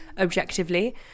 objectively